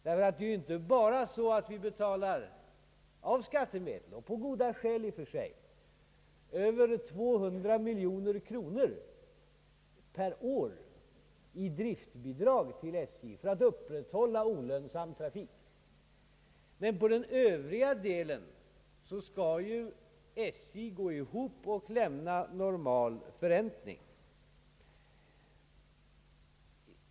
Visserligen betalar vi av skattemedel, på i och för sig goda grunder, över 200 miljoner kronor per år i driftbidrag till SJ för att upprätthålla olönsam trafik. Men på den övriga delen skall SJ gå ihop och lämna normal förräntning.